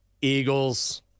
Eagles